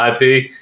IP